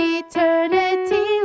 eternity